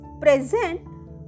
present